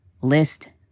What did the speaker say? list